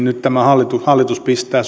nyt tämä hallitus hallitus pistää